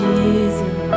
Jesus